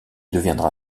deviendra